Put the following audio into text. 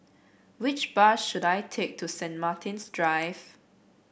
which bus should I take to Saint Martin's Drive